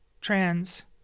trans